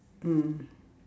mm